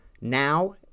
now